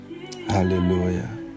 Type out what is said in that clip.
Hallelujah